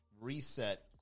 reset